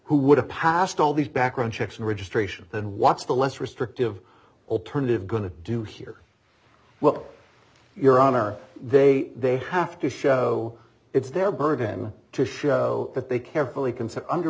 who would have passed all these background checks and registration and watch the less restrictive alternative going to do here well your honor they they have to show it's their burden to show that they carefully consider under